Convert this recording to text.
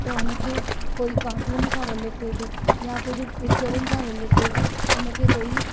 त हुनखे कोई कार्टून सां रिलेटेड या कुझु पिकिचरुनि सां रिलेटेड इनखे कोई